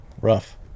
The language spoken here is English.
Rough